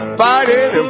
fighting